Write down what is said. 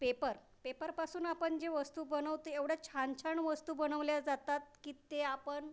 paper पेपरपासून आपण जी वस्तू बनवते एवढ्या छान छान वस्तू बनवल्या जातात की ते आपण